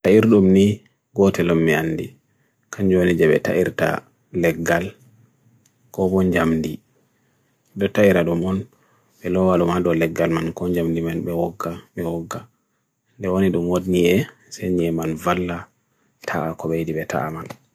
Don zarto je mari nyi'e, be zarto je wali nyi'e.